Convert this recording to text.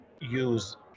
use